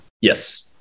Yes